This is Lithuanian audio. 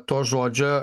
to žodžio